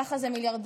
ככה זה מיליארדרים,